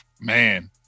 Man